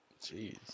Jeez